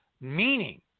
meaning